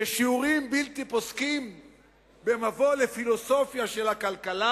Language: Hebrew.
בשיעורים בלתי פוסקים במבוא לפילוסופיה של הכלכלה?